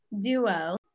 duo